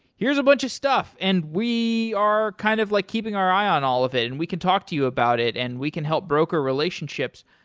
here's a bunch of stuff, and we are kind of like keeping our eye on all of it, and we can talk to you about it, and we can help broker relationships.